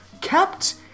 kept